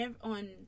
on